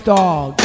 dog